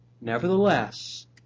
Nevertheless